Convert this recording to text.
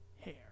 hair